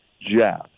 jab